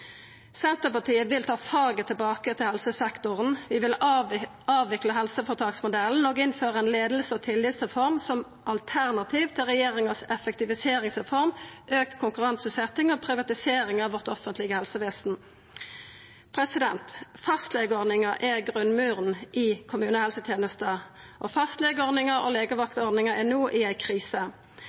Senterpartiet vil ta faget tilbake til helsesektoren. Vi vil avvikla helseføretaksmodellen og innføra ei leiings- og tillitsreform som alternativ til regjeringa si effektiviseringsreform, auka konkurranseutsetjing og privatisering av vårt offentlege helsevesen. Fastlegeordninga er grunnmuren i kommunehelsetenesta, og fastlegeordninga og legevaktsordninga er no i ei krise.